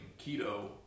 keto